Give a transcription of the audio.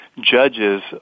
judges